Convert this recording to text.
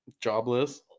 jobless